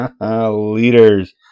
Leaders